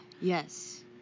yes